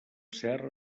serra